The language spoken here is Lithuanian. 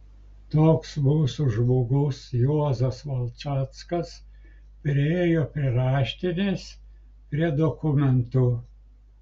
toks mūsų žmogus juozas valčackas priėjo prie raštinės prie dokumentų